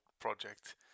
project